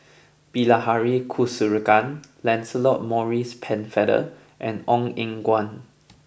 Bilahari Kausikan Lancelot Maurice Pennefather and Ong Eng Guan